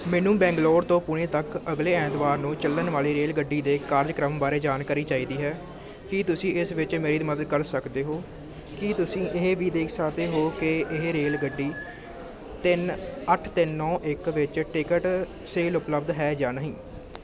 ਮੈਨੂੰ ਬੈਂਗਲੁਰੂ ਤੋਂ ਪੁਣੇ ਤੱਕ ਅਗਲੇ ਐਤਵਾਰ ਨੂੰ ਚੱਲਣ ਵਾਲੀ ਰੇਲਗੱਡੀ ਦੇ ਕਾਰਜਕ੍ਰਮ ਬਾਰੇ ਜਾਣਕਾਰੀ ਚਾਹੀਦੀ ਹੈ ਕੀ ਤੁਸੀਂ ਇਸ ਵਿੱਚ ਮੇਰੀ ਮਦਦ ਕਰ ਸਕਦੇ ਹੋ ਕੀ ਤੁਸੀਂ ਇਹ ਵੀ ਦੇਖ ਸਕਦੇ ਹੋ ਕਿ ਇਸ ਰੇਲਗੱਡੀ ਤਿੰਨ ਅੱਠ ਤਿੰਨ ਨੌਂ ਇੱਕ ਵਿੱਚ ਟਿਕਟ ਸੇਲ ਉਪਲਬਧ ਹੈ ਜਾਂ ਨਹੀਂ